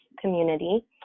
community